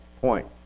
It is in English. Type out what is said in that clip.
point